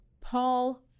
Paul